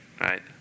right